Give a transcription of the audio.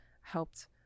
helped